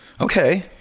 Okay